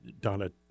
donna